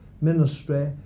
ministry